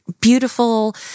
beautiful